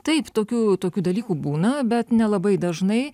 taip tokių tokių dalykų būna bet nelabai dažnai